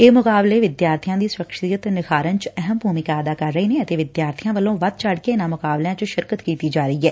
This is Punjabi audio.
ਇਹ ਮੁਕਾਬਲੇ ਵਿਦਿਆਰਬੀਆਂ ਦੀ ਸਖ਼ਸੀਅਤ ਨਿਖਾਰਨ ਚ ਅਹਿਮ ਭੂਮਿਕਾ ਅਦਾ ਕਰ ਰਹੇ ਨੇ ਅਤੇ ਵਿਦਿਆਰਥੀਆਂ ਵੱਲੋਂ ਵੱਧ ਚੜ ਕੇ ਇਨ੍ਹਾਂ ਮੁਕਾਬਲਿਆਂ ਚ ਸ਼ਿਰਕਤ ਕੀਤੀ ਜਾ ਰਹੀ ਐ